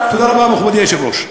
תודה רבה, מכובדי היושב-ראש.